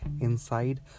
Inside